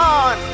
on